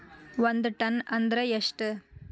ಒಂದ್ ಟನ್ ಅಂದ್ರ ಎಷ್ಟ?